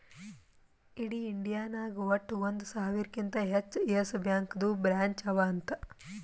ಇಡೀ ಇಂಡಿಯಾ ನಾಗ್ ವಟ್ಟ ಒಂದ್ ಸಾವಿರಕಿಂತಾ ಹೆಚ್ಚ ಯೆಸ್ ಬ್ಯಾಂಕ್ದು ಬ್ರ್ಯಾಂಚ್ ಅವಾ ಅಂತ್